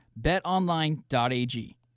betonline.ag